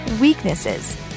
weaknesses